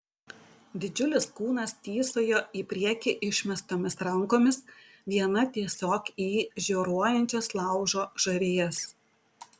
didžiulis kūnas tįsojo į priekį išmestomis rankomis viena tiesiog į žioruojančias laužo žarijas